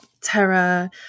Terra